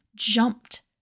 jumped